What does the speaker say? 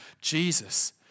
Jesus